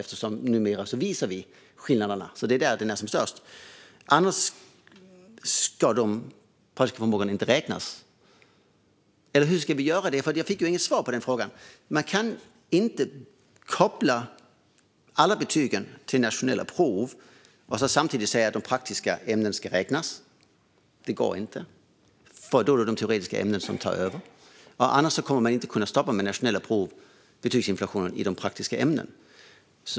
Eller ska de praktiska förmågorna inte räknas alls? Hur ska vi göra? Jag fick inget svar på den frågan. Man kan inte koppla alla betygen till nationella prov och samtidigt säga att de praktiska ämnena ska räknas. Det går inte, för då är det de teoretiska ämnena som tar över. Men annars kommer man inte att kunna stoppa betygsinflationen i de praktiska ämnena.